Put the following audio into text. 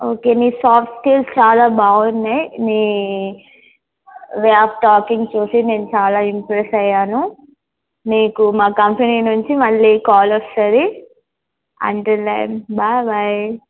okay నీ soft skills చాలా బాగున్నాయి నీ వే ఆఫ్ టాకింగ్ చూసి నేను చాలా ఇంప్రెస్ అయ్యాను నీకు మా కంపెనీ నుంచి మళ్ళీ కాల్ వస్తుంది అంటిల్ దెన్ బై బై